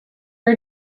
are